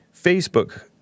Facebook